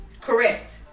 Correct